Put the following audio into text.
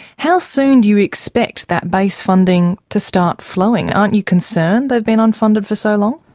how soon do you expect that base funding to start flowing? aren't you concerned they've been unfunded for so long?